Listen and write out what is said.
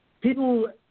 people